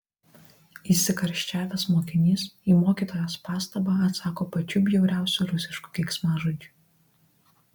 įsikarščiavęs mokinys į mokytojos pastabą atsako pačiu bjauriausiu rusišku keiksmažodžiu